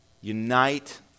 unite